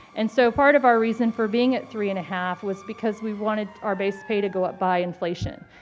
and so part of our reason for being at three and a half was because we wanted our base pay to go up by inflation,